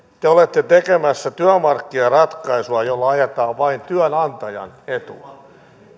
te olette tekemässä työmarkkinaratkaisua jolla ajetaan vain työnantajan etua